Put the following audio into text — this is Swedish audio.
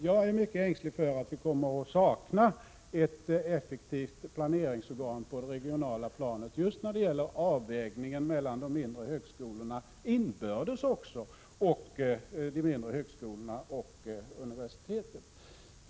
Jag är mycket ängslig för att vi kommer att sakna ett effektivt planeringsorgan på det regionala planet just när det gäller avvägningen både mellan de mindre högskolorna inbördes och mellan dem och universiteten.